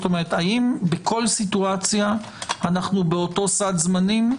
האם בכל סיטואציה אנו באותו סד זמנים,